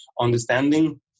Understanding